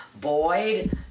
Boyd